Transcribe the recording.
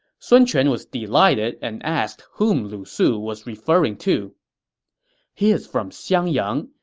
sun quan was delighted and asked whom lu su was referring to he is from xiangyang,